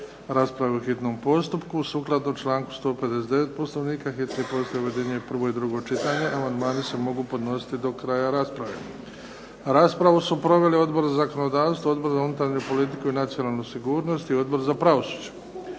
raspravi u hitnom postupku. Sukladno članku 159. Poslovnika hitni postupak objedinjuje prvo i drugo čitanje. Amandmani se mogu podnositi do kraja rasprave. Raspravu su proveli Odbor za zakonodavstvo, Odbor za unutarnju politiku i nacionalnu sigurnost i Odbor za pravosuđe.